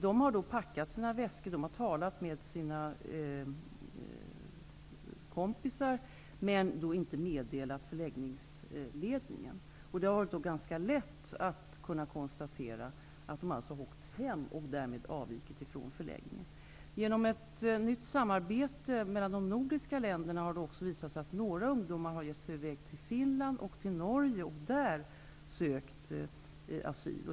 De har packat sina väskor, de har talat med sina kompisar men inte meddelat förläggningsledningen. Det har då varit ganska lätt att kunna konstatera att de alltså åkt hem och därmed avvikit från förläggningen. Genom ett nytt samarbete mellan de nordiska länderna har det också visat sig att några ungdomar har gett sig i väg till Finland och Norge och där sökt asyl.